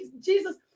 Jesus